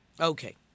Okay